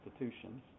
institutions